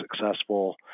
successful